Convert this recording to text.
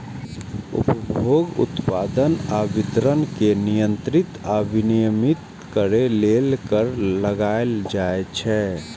उपभोग, उत्पादन आ वितरण कें नियंत्रित आ विनियमित करै लेल कर लगाएल जाइ छै